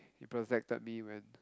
protected me when